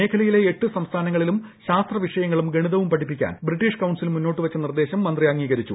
മേഖലയിലെ എട്ട് സംസ്ഥാനങ്ങളിലും ശാസ്ത്രവിഷയങ്ങളും ഗണിതവും പഠിപ്പിക്കാൻ ബ്രിട്ടീഷ് കൌൺസിൽ മുന്നോട്ടുവച്ച നിർദ്ദേശം മന്ത്രി അംഗീകരിച്ചു